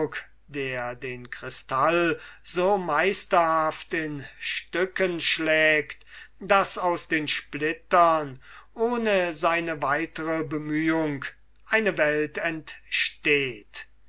der den krystall so meisterhaft in stücken schlägt daß aus den splittern ohne seine weitere bemühung eine welt entsteht